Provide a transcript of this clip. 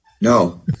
No